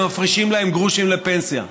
ומפרישים להם גרושים לפנסיה.